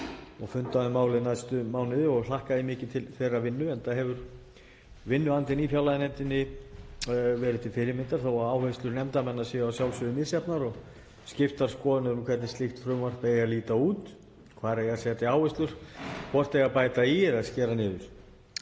og funda um málið næstu mánuði. Ég hlakka mikið til þeirrar vinnu, enda hefur vinnuandinn í fjárlaganefnd verið til fyrirmyndar þó að áherslur nefndarmanna séu að sjálfsögðu misjafnar og skiptar skoðanir um hvernig slíkt frumvarp eigi að líta út, hvar eigi að leggja áherslurnar, hvort bæta eigi í eða skera niður.